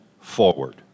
forward